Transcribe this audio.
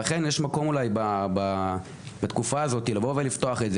לכן יש מקום אולי בתקופה הזאת לפתוח את זה